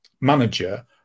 manager